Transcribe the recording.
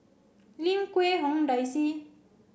Lim Quee Hong Daisy